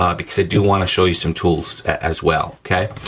um because i do wanna show you some tools as well, okay?